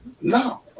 No